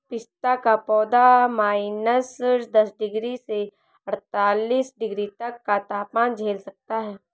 पिस्ता का पौधा माइनस दस डिग्री से अड़तालीस डिग्री तक का तापमान झेल सकता है